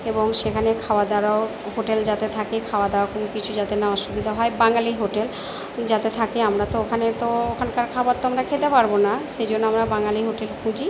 এবং সেখানে খাওয়া দাওয়ারও হোটেল যাতে থাকে খাওয়া দাওয়া কোনো কিছু যাতে না অসুবিধা হয় বাঙালি হোটেল যাতে থাকে আমরা তো ওখানে তো ওখানকার খাবার তো আমরা খেতে পারব না সেই জন্য আমরা বাঙালি হোটেল খুঁজি